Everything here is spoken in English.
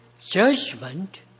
judgment